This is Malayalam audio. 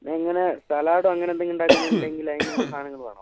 എങ്ങനെ സലാഡ് അങ്ങനെയെന്തെങ്കിലും ഉണ്ടാക്കുന്നുണ്ടെങ്കിൽ അതിനുള്ള സാധനങ്ങൾ വേണോ